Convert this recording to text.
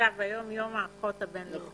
היום יום האחות הבין-לאומית.